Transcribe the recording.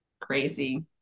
crazy